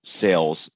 sales